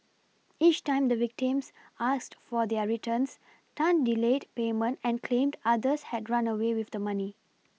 each time the victims asked for their returns Tan delayed payment and claimed others had run away with the money